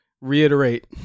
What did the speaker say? reiterate